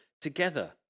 together